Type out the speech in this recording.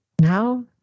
now